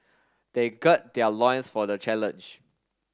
they gird their loins for the challenge